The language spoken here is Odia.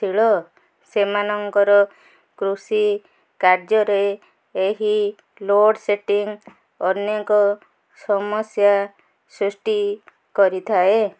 ଶୀଳ ସେମାନଙ୍କର କୃଷି କାର୍ଯ୍ୟରେ ଏହି ଲୋଡ଼୍ ସେଟିଂ ଅନେକ ସମସ୍ୟା ସୃଷ୍ଟି କରିଥାଏ